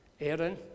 Aaron